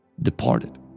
departed